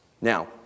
Now